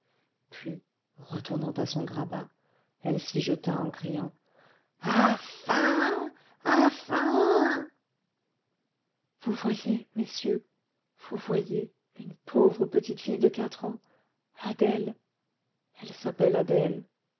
puis retournant à son grabat elle s'y jeta en criant a faim a faim vous voyez messieurs vous voyez une pauvre petite fille de quatre ans adèle elle s'appelle adèle